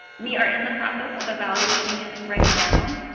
we are in the process of evaluating it right now.